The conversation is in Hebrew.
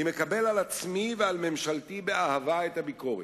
אני מקבל על עצמי ועל ממשלתי באהבה את הביקורת.